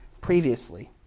previously